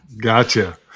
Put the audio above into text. Gotcha